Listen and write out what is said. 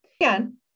Again